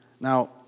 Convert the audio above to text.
Now